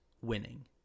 winning